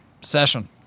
Session